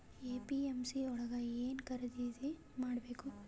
APMC ಯೊಳಗ ಏನ್ ಖರೀದಿದ ಮಾಡ್ಬೇಕು?